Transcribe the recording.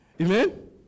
Amen